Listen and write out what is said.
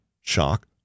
shock